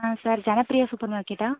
ஆ sir Dhanapriya super மார்க்கெட்டா